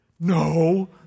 No